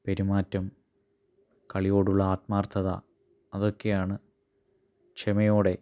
പെരുമാറ്റം കളിയോടുള്ള ആത്മാർഥത അതൊക്കെയാണ് ക്ഷമയോടെ